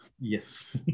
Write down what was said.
Yes